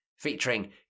featuring